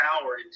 power